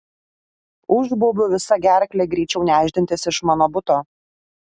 užbaubiau visa gerkle greičiau nešdintis iš mano buto